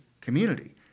community